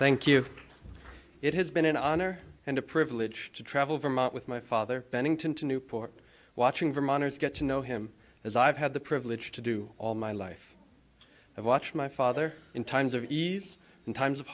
thank you it has been an honor and a privilege to travel vermont with my father bennington to newport watching vermonters get to know him as i've had the privilege to do all my life i watch my father in times of ease in times of